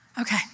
Okay